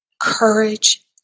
courage